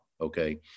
Okay